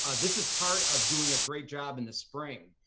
ah this is part of doing a great job in the spring.